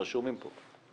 הם רשומים פה,